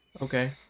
okay